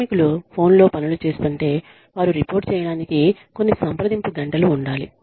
కార్మికులు ఫోన్లో పనులు చేస్తుంటే వారు రిపోర్ట్ చేయటానికి కొన్ని సంప్రదింపు గంటలు ఉండాలి